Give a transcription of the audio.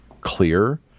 Clear